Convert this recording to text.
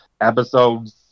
episodes